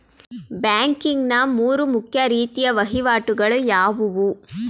Banking ನ ಮೂರು ಮುಖ್ಯ ರೀತಿಯ ವಹಿವಾಟುಗಳು ಯಾವುವು?